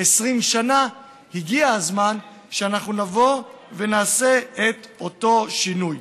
20 שנה הגיע הזמן כשאנחנו נעשה את השינוי.